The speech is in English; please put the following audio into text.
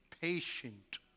patient